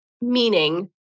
meaning